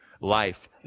life